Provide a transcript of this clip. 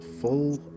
full